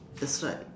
that's right